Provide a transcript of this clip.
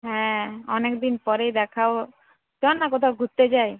হ্যাঁ অনেক দিন পরেই দেখা চল না কোথাও ঘুরতে যাই